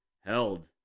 held